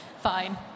Fine